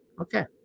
Okay